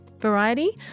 variety